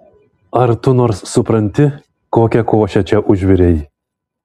ar tu nors supranti kokią košę čia užvirei